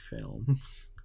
films